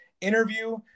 interview